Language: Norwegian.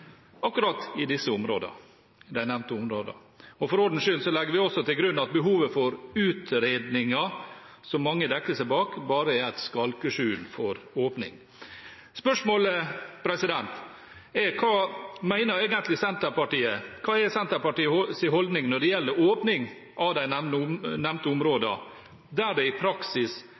akkurat i de nevnte områdene. For ordens skyld legger vi også til grunn at behovet for utredninger, som mange dekker seg bak, bare er et skalkeskjul for åpning. Spørsmålet er: Hva mener egentlig Senterpartiet? Hva er Senterpartiets holdning når det gjelder åpning av de nevnte områdene, der det i praksis